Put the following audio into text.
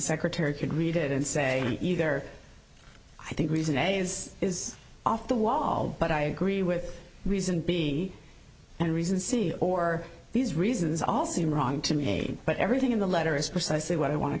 secretary could read it and say either i think reason a is is off the wall but i agree with reason b and reason c or these reasons all seem wrong to me but everything in the letter is precisely what i want to